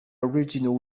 original